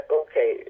okay